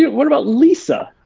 yeah what about lisa?